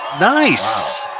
Nice